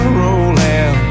rolling